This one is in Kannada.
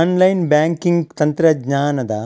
ಆನ್ಲೈನ್ ಬ್ಯಾಂಕಿಂಗ್ ತಂತ್ರಜ್ಞಾನದ